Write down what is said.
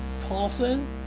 Paulson